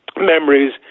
memories